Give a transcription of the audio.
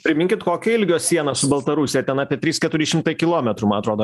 priminkit kokio ilgio siena su baltarusija ten apie trys keturi šimtai kilometrų man atrodo